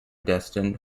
destined